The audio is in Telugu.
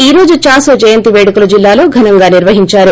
ఈ రోజు చానో జయంతి వేడుకలు జిల్లాలో ఘనంగా నిర్వహించారు